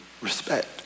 respect